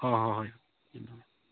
ꯍꯣꯏ ꯍꯣꯏ ꯍꯣꯏ